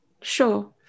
sure